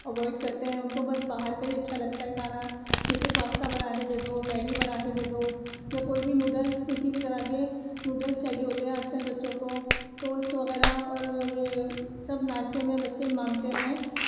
avoid کرتے ہیں ان کو بس باہر کا ہی اچھا لگتا ہے کھانا جیسے پاستا بنا کے دے دو میگی بنا کے دے دو یا کوئی بھی نوڈلس کسی بھی طرح کے نوڈلس چاہیے ہوتے ہیں آج کل بچوں کو ٹوسٹ وغیرہ اور یہ سب ناشتے میں بچے مانگتے ہیں